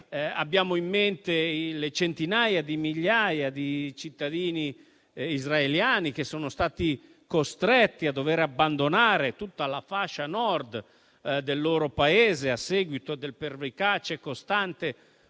abbiamo in mente le centinaia di migliaia di cittadini israeliani che sono stati costretti ad abbandonare tutta la fascia nord del loro Paese, a seguito del pervicace e costante